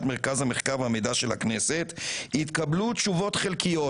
מרכז המחקר והמידע של הכנסת התקבלו תשובות חלקיות".